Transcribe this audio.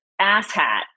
asshat